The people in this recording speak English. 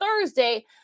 Thursday